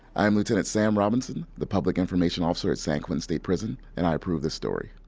i am lieutenant sam robinson, the public information officer at san quentin state prison and i approve this story